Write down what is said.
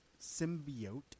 symbiote